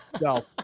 No